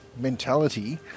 Mentality